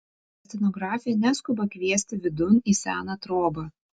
etnografė neskuba kviesti vidun į seną trobą